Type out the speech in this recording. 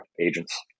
agents